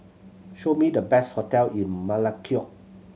show me the best hotel in Melekeok